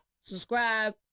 subscribe